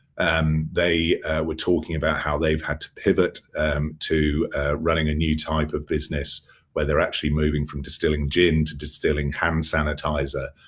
um we're talking about how they've had to pivot to running a new type of business where they're actually moving from distilling gin to distilling hand sanitizer.